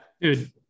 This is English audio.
dude